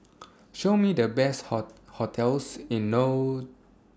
Show Me The Best hotels in No